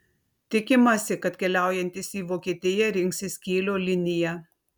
tikimasi kad keliaujantys į vokietiją rinksis kylio liniją